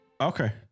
okay